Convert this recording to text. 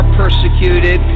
persecuted